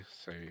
say